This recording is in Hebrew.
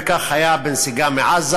וכך היה בנסיגה מעזה.